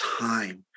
time